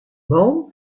boom